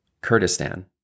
Kurdistan